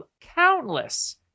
countless